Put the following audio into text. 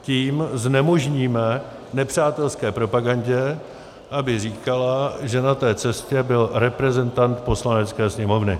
Tím znemožníme nepřátelské propagandě, aby říkala, že na té cestě byl reprezentant Poslanecké sněmovny.